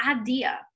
idea